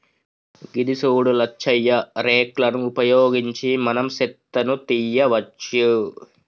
గిది సూడు లచ్చయ్య రేక్ లను ఉపయోగించి మనం సెత్తను తీయవచ్చు